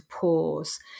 pause